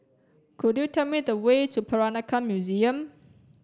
could you tell me the way to Peranakan Museum